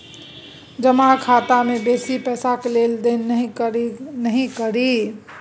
जमा खाता मे बेसी पैसाक लेन देन नहि करी